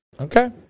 Okay